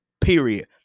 Period